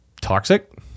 toxic